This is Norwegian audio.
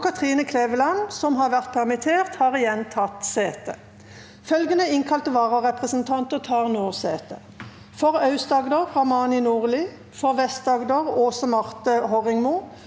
og Kathrine Kleveland, som har vært permitterte, har igjen tatt sete. Følgende innkalte vararepresentanter tar nå sete: For Aust-Agder: Ramani Nordli For Vest-Agder: Aase Marthe J. Horrigmo